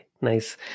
Nice